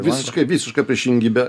visiška visiška priešingybė